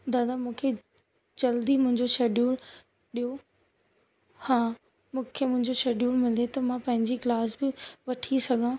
दादा मूंखे जल्दी मुंहिंजो शेड्यूल ॾियो हा मूंखे मुंहिंजो शेड्यूल मिले थो मां पंहिंजी क्लास बि वठी सघां